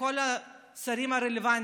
לכל השרים הרלוונטיים,